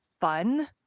fun